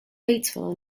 batesville